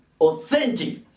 authentic